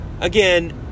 Again